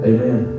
Amen